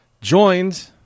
joined